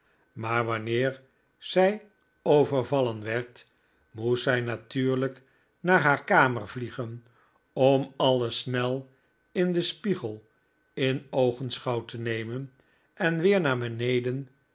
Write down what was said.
maar wanneer zij overvallen werd moest zij natuurlijk naar haar kamer vliegen om alles snel in den spiegel in oogenschouw te nemen en weer naar beneden